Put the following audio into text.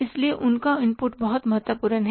इसलिए उनका इनपुट बहुत महत्वपूर्ण है